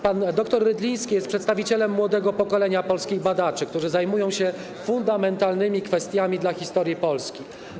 Pan dr Rydliński jest przedstawicielem młodego pokolenia polskich badaczy, którzy zajmują się kwestiami fundamentalnymi dla historii Polski.